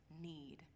need